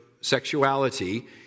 sexuality